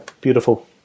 beautiful